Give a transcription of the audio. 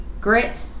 grit